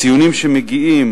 ציונים שמגיעים